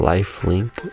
LifeLink